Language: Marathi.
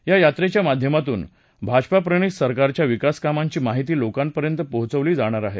या यात्रेच्या माध्यमातून भाजपाप्रणित सरकारच्या विकासकामांची माहिती लोकांपर्यंत पोचवली जाणार आहे